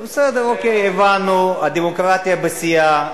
בסדר, אוקיי, הבנו, הדמוקרטיה בשיאה.